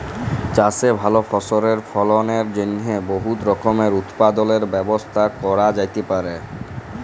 চাষে ভাল ফসলের ফলনের জ্যনহে বহুত রকমের উৎপাদলের ব্যবস্থা ক্যরা যাতে পারে